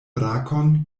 brakon